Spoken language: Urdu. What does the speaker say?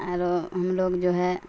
اور وہ ہم لوگ جو ہے